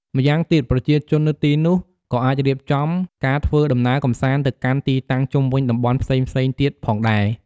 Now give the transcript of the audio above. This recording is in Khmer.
ម៉្យាងទៀតប្រជាជននៅទីនោះក៏អាចរៀបចំការធ្វើដំណើរកម្សាន្តទៅកាន់ទីតាំងជុំវិញតំបន់ផ្សេងៗទៀតផងដែរ។